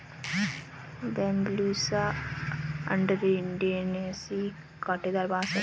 Bambusa अरंडिनेसी काँटेदार बाँस है